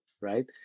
right